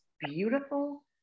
beautiful